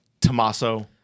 Tommaso